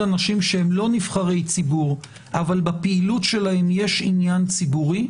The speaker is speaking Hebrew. אנשים שהם לא נבחרי ציבור אבל בפעילות שלהם יש עניין ציבורי,